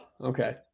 okay